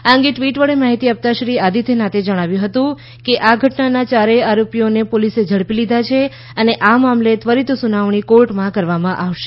આ અંગે ટ઼વિટ વડે માહિતી આપતા શ્રી આદિત્ય નાથે જણાવ્યું હતું કે આ ઘટનાના યારેય આરોપોને પોલીસે ઝડપી લીધા છે અને આ મામલે ત્વરીત સુનાવણી કોર્ટમાં કરવામાં આવશે